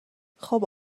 خوب